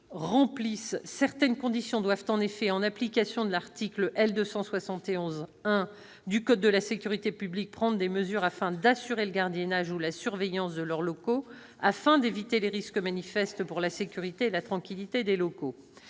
certaines conditions doivent en effet, en application de l'article L. 271-1 du code de la sécurité publique, prendre des mesures permettant d'assurer le gardiennage ou la surveillance afin « d'éviter les risques manifestes pour la sécurité et la tranquillité des locaux